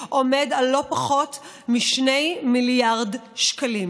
עומד על לא פחות מ-2 מיליארד שקלים.